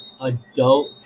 adult